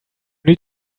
need